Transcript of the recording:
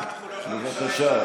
בבקשה.